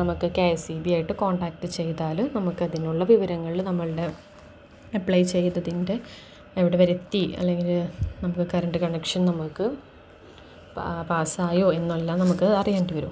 നമുക്ക് K S E B ആയിട്ട് contact ചെയ്താല് നമുക്കതിനുള്ള വിവരങ്ങളില് നമ്മുടെ അപ്ലൈ ചെയ്തതിൻ്റെ എവിടെ വരെയെത്തി അല്ലെങ്കില് നമുക്ക് കറന്റ് കണക്ഷൻ നമുക്ക് പാസായോ എന്നെല്ലാം നമുക്ക് അറിയാനായിട്ട് പറ്റും